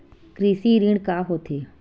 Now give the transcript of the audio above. कृषि ऋण का होथे?